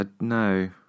no